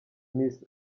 miss